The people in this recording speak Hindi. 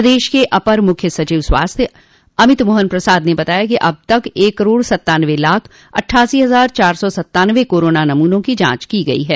प्रदेश के अपर मुख्य सचिव स्वास्थ्य अमित मोहन प्रसाद ने बताया कि अब तक एक करोड़ सत्तानवे लाख अट्ठासी हजार चार सौ सत्तानवे कोरोना नमूनों की जांच की गई है